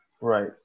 right